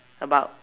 about